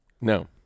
No